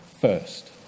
first